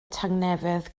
tangnefedd